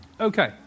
Okay